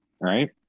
right